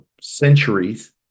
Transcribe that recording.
centuries